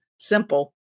Simple